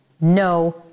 no